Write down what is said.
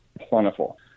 plentiful